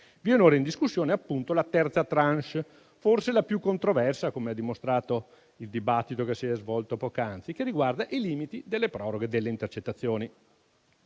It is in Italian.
Viene ora in discussione, appunto, la terza *tranche*, forse la più controversa, come ha dimostrato il dibattito che si è svolto poc'anzi, che riguarda i limiti delle proroghe delle intercettazioni.